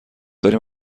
داریم